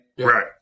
Right